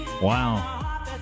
Wow